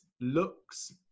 looks